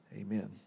Amen